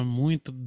muito